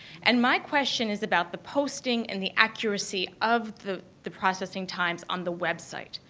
and my question is about the posting and the accuracy of the the processing times on the website.